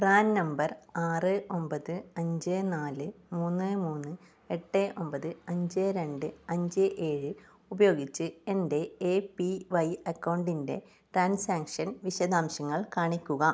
PRAN number ആറ് ഒമ്പത് അഞ്ച് നാല് മൂന്ന് മൂന്ന് എട്ട് ഒമ്പത് അഞ്ച് രണ്ട് അഞ്ച് ഏഴ് ഉപയോഗിച്ച് എൻ്റെ എ പി വൈ അക്കൗണ്ടിൻ്റെ ട്രാൻസാക്ഷൻ വിശദാംശങ്ങൾ കാണിക്കുക